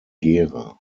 gera